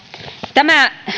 tämä